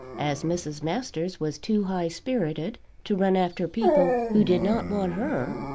as mrs. masters was too high-spirited to run after people who did not want her,